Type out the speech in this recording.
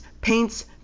paints